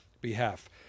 behalf